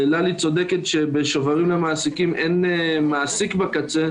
ללי צודקת שבשוברים למעסיקים אין מעסיק בקצה,